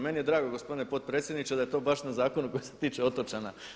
Meni je drago gospodine potpredsjedniče da je to baš na zakonu koji se tiče otočana.